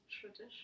tradition